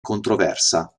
controversa